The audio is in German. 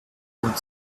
und